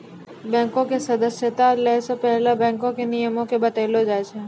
बैंको के सदस्यता लै से पहिले बैंको के नियमो के बतैलो जाय छै